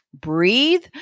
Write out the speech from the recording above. Breathe